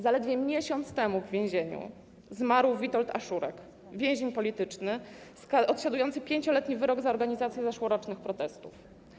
Zaledwie miesiąc temu w więzieniu zmarł Witold Aszurak, więzień polityczny, odsiadujący 5-letni wyrok za organizację zeszłorocznych protestów.